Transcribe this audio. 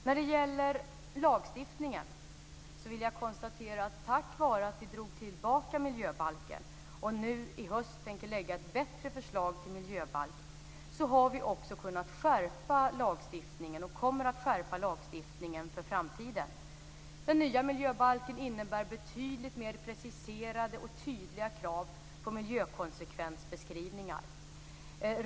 När det gäller lagstiftningen vill jag konstatera att vi tack vare att vi drog tillbaka miljöbalksförslaget och under hösten tänker lägga fram ett bättre sådant förslag kommer att kunna skärpa lagstiftningen för framtiden. Den nya miljöbalken innebär avsevärt mer preciserade och tydliga krav på miljökonsekvensbeskrivningar.